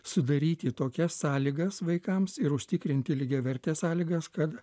sudaryti tokias sąlygas vaikams ir užtikrinti lygiavertes sąlygas kad